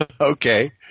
Okay